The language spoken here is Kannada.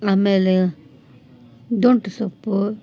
ಅಮೇಲೆ ದಂಟು ಸೊಪ್ಪು